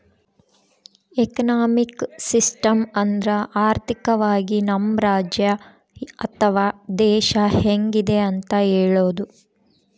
economic system ಅಂದ್ರ ಆರ್ಥಿಕವಾಗಿ ನಮ್ ರಾಜ್ಯ ಅಥವಾ ದೇಶ ಹೆಂಗಿದೆ ಅಂತ ಹೇಳೋದು